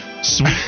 Sweet